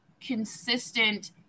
consistent